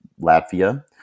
Latvia